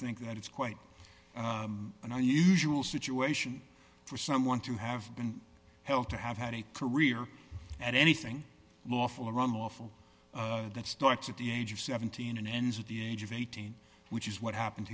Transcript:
think that it's quite an unusual situation for someone to have been held to have had a career and anything lawful or unlawful that starts at the age of seventeen and ends at the age of eighteen which is what happened